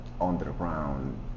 underground